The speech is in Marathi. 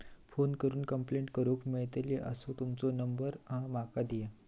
फोन करून कंप्लेंट करूक मेलतली असो तुमचो नंबर माका दिया?